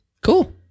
cool